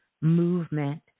movement